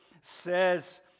says